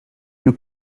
you